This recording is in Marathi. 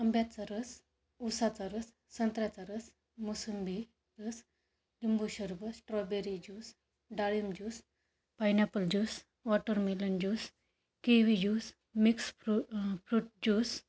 आंब्याचा रस उसाचा रस संत्र्याचा रस मोसंबी रस लिंबू शरबत स्ट्रॉबेरी ज्यूस डाळींब juice pineapple juice watermelon juice kiwi juice mix fru fruit juice